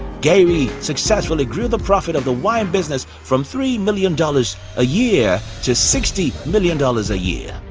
gary successfully grew the profit of the wine business from three million dollars a year to sixty million dollars a year.